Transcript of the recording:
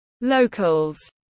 locals